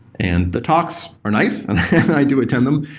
and the talks are nice, and i do attend them,